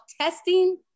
testing